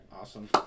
Awesome